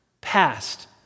Past